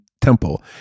Temple